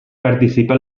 participa